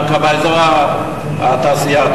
באזור התעשייה.